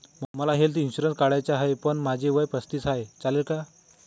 मला health insurance काढायचा आहे पण माझे वय पस्तीस आहे, चालेल का?